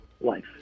life